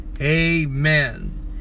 amen